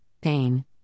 pain